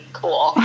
cool